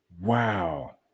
Wow